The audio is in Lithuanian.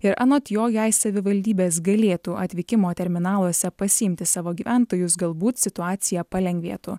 ir anot jo jei savivaldybės galėtų atvykimo terminaluose pasiimti savo gyventojus galbūt situacija palengvėtų